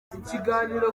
ikiganiro